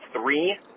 three